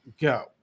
go